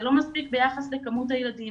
זה לא מספיק ביחס לכמות הילדים